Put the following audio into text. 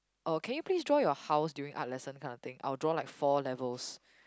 or can you please draw your house during art lesson kind of thing I'll draw like four levels